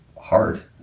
hard